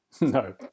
No